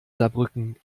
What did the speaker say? saarbrücken